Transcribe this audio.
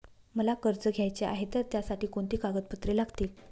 मला कर्ज घ्यायचे आहे तर त्यासाठी कोणती कागदपत्रे लागतील?